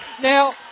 Now